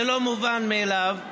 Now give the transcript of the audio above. זה לא מובן מאליו,